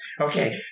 Okay